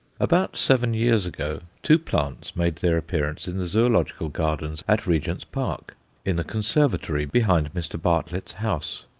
about seven years ago two plants made their appearance in the zoological gardens at regent's park in the conservatory behind mr. bartlett's house.